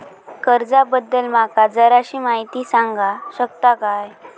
कर्जा बद्दल माका जराशी माहिती सांगा शकता काय?